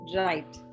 right